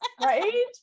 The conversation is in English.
Right